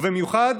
ובמיוחד